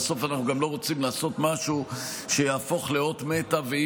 בסוף אנחנו גם לא רוצים לעשות משהו שיהפוך לאות מתה ולא